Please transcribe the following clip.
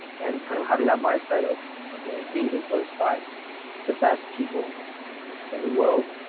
and kind of having that mindset of, of of being influenced by the best people in the world.